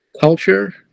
culture